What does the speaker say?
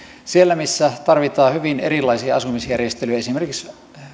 siellä missä tarvitaan hyvin erilaisia asumisjärjestelyjä esimerkiksi